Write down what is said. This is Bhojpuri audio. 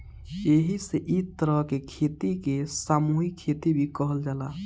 एही से इ तरह के खेती के सामूहिक खेती भी कहल जाला